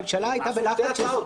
הם עשו שתי הצעות.